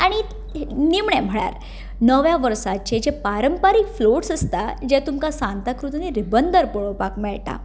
आनी निमणें म्हळ्यार नवे वर्साचे जे पारंपारीक फ्लोट्स आसतात जे तुमकां सांताक्रूज आनी रिबंदर पळोवपाक मेळटा